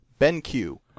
BenQ